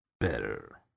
better